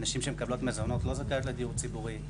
נשים שמקבלות מזונות לא זכאיות לדיור ציבורי.